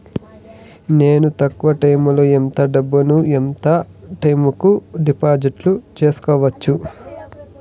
నేను తక్కువ టైములో ఎంత డబ్బును ఎంత టైము కు డిపాజిట్లు సేసుకోవచ్చు?